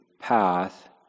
path